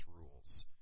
rules